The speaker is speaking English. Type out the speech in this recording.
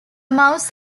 mouse